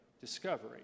discovery